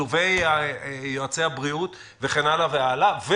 וטובי יועצי הבריאות וכן הלאה והלאה.